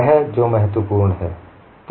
वह जो महत्वपूर्ण है